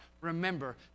remember